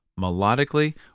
melodically